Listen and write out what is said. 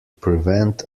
prevent